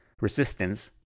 resistance